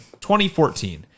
2014